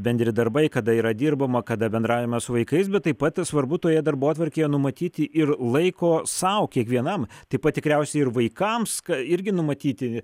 bendri darbai kada yra dirbama kada bendravimas su vaikais bet taip pat svarbu toje darbotvarkėje numatyti ir laiko sau kiekvienam taip pat tikriausiai ir vaikams ką irgi numatyti